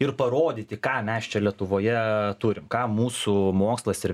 ir parodyti ką mes čia lietuvoje turim ką mūsų mokslas ir